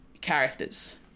characters